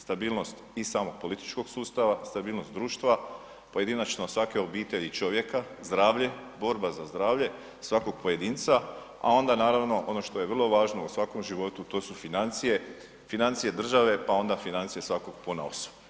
Stabilnost i samog političkog sustava, stabilnost društva, pojedinačno svake obitelji i čovjeka, zdravlje, borba za zdravlje svakog pojedinca, a onda naravno ono što je vrlo važno u svakom životu, to su financije, financije države, pa onda financije svakog ponaosob.